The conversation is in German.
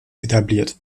etabliert